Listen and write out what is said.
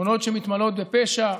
שכונות שמתמלאות בפשע,